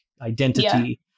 identity